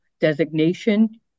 designation